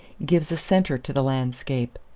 gives a centre to the landscape.